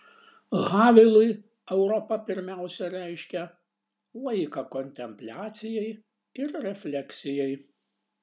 havelui europa pirmiausia reiškia laiką kontempliacijai ir refleksijai